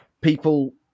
people